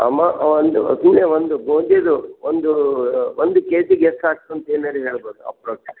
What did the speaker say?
ಆಮ ಒಂದು ನೀವೇ ಒಂದು ಬೂಂದಿದು ಒಂದೂ ಒಂದು ಕೆ ಜಿಗೆ ಎಷ್ಟು ಆಗ್ತು ಅಂತ ಏನಾದ್ರೂ ಹೇಳ್ಬೋದಾ ಅಪ್ರಾಕ್ಸಿಮೆಟ್